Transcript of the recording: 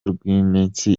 rw’iminsi